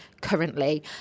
currently